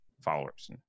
followers